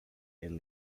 and